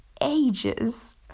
ages